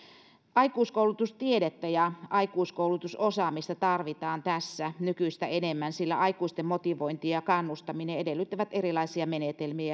aikuiskoulutustiedettä ja aikuiskoulutusosaamista tarvitaan tässä nykyistä enemmän sillä aikuisten motivointi ja kannustaminen edellyttää erilaisia menetelmiä